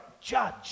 judge